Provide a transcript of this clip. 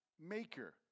maker